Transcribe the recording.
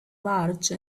large